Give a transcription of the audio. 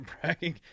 bragging